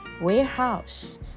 Warehouse